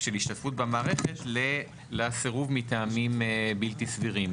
של השתתפות במערכת לסירוב מטעמים בלתי סבירים?